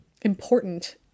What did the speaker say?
important